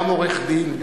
גם עורך-דין.